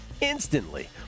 instantly